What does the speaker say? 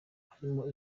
harimo